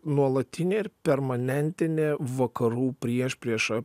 nuolatinė ir permanentinė vakarų priešprieša